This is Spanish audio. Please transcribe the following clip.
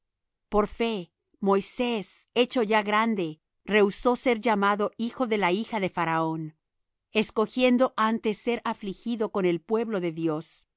por fe moisés hecho ya grande rehusó ser llamado hijo de la hija de faraón escogiendo antes ser afligido con el pueblo de dios